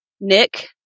Nick